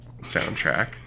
soundtrack